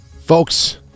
folks